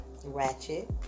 ratchet